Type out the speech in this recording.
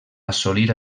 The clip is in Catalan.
assolir